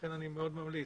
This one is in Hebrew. לכן אני מאוד ממליץ,